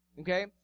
Okay